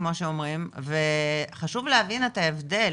כמו שאומרים - וחשוב להבין את ההבדל,